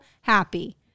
happy